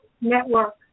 Network